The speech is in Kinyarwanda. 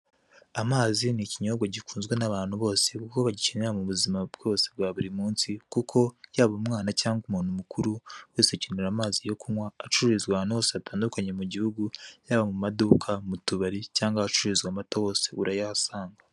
Amazi ni ikinyobwa gikunzwe n'abantu bose kuko bagikenera mu buzima bwose bwa buri munsi ,kuko yaho umwana cyangwa umuntu mukuru, buri wese akenera amazi yo kunywa acurururizwa ahantu hose hatandukanye mu gihugu, yaba mu maduka, mu tubari cyangwa ahacururizwa amata hose urayahasanga.